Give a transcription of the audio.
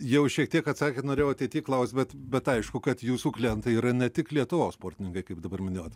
jau šiek tiek atsakėt norėjau ateity klaust bet bet aišku kad jūsų klientai yra ne tik lietuvos sportininkai kaip dabar minėjot